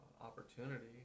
opportunity